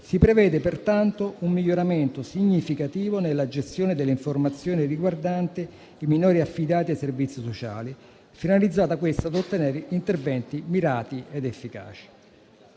si prevede pertanto un miglioramento significativo nella gestione delle informazioni riguardanti i minori affidati ai servizi sociali, finalizzato ad ottenere interventi mirati ed efficaci.